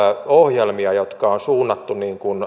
ohjelmia jotka on suunnattu